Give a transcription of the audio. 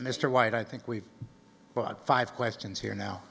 mr white i think we've bought five questions here now